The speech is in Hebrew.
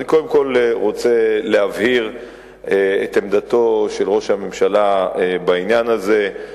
אני קודם כול רוצה להבהיר את עמדתו של ראש הממשלה בעניין הזה.